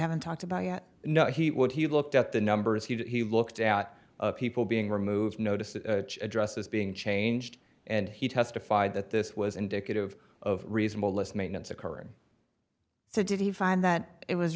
haven't talked about yet know he would he looked at the numbers he looked out of people being removed noticed addresses being changed and he testified that this was indicative of reasonable less maintenance occurring so did he find that it was